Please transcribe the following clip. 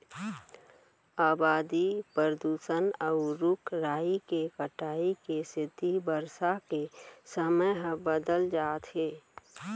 अबादी, परदूसन, अउ रूख राई के कटाई के सेती बरसा के समे ह बदलत जात हे